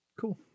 Cool